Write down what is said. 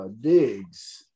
digs